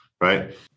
right